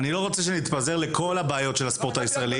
אני לא רוצה שנתפזר לכל הבעיות של הספורט הישראלי.